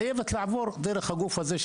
חייבת לעבור דרך הגוף הזה.